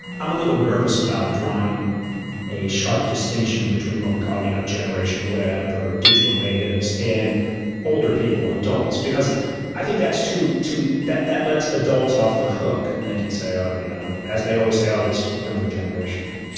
i'm a little nervous about drawing a sharp distinction between what we call you know generation web or digital natives and older people, adults, because i think that's too. that that lets adults off the hook, and they can say, oh, you know, as they always say, ah this younger generation are